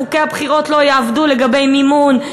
חוקי הבחירות לא יעבדו לגבי מימון,